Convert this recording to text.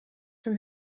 from